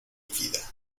vida